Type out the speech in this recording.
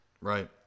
Right